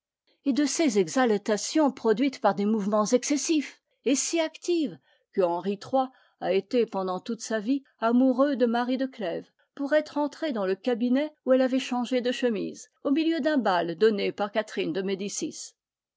et de ces exaltations produites par des mouvements excessifs et si actives que henri iii a été pendant toute sa vie amoureux de marie de clèves pour être entré dans le cabinet où elle avait changé de chemise au milieu d'un bal donné par catherine de médicis